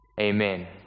Amen